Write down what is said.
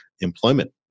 employment